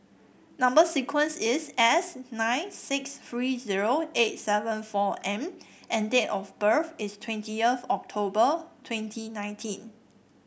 number sequence is S nine six three zero eight seven four M and date of birth is twentieth of October twenty nineteen